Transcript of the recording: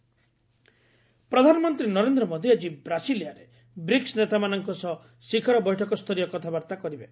PM BRICS ପ୍ରଧାନମନ୍ତ୍ରୀ ନରେନ୍ଦ୍ର ମୋଦି ଆକି ବ୍ରାସିଲିଆରେ ବ୍ରିକ୍ସ ନେତାମାନଙ୍କ ସହ ଶିଖର ବୈଠକସ୍ତରୀୟ କଥାବାର୍ଭା କରିବେ